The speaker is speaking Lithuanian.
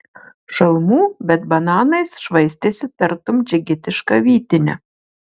šalmų bet bananais švaistėsi tartum džigitiška vytine